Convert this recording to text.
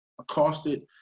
accosted